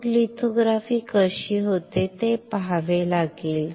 मग लिथोग्राफी कशी होते ते पहावे लागेल